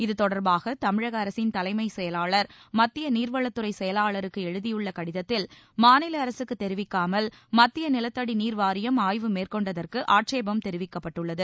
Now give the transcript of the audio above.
இதுதொடர்பாக தமிழக அரசின் தலைமைச் செயலாளர் மத்திய நீர்வளத்துறை செயலாளருக்கு எழுதியுள்ள கடிதத்தில் மாநில அரசுக்குத் தெரிவிக்காமல் மத்திய நிலத்தடி நீர் வாரியம் ஆய்வு மேற்கொண்டதற்கு ஆட்சேபம் தெரிவிக்கப்பட்டுள்ளது